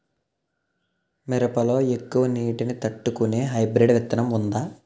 మిరప లో ఎక్కువ నీటి ని తట్టుకునే హైబ్రిడ్ విత్తనం వుందా?